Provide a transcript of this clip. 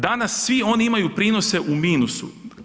Danas svi oni imaju prinose u minusu.